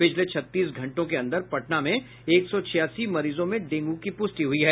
पिछले छत्तीस घंटों के अंदर पटना में एक सौ छियासी मरीजों में डेंगू की पुष्टि हुई है